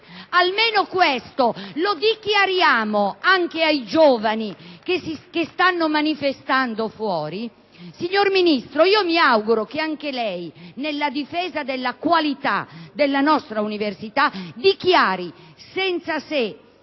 Almeno questo lo dichiariamo anche ai giovani che stanno manifestando fuori? Signora Ministro, mi auguro che anche lei, nella difesa della qualità della nostra università, dichiari, senza se